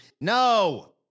No